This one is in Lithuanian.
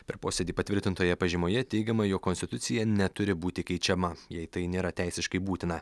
per posėdį patvirtintoje pažymoje teigiama jog konstitucija neturi būti keičiama jei tai nėra teisiškai būtina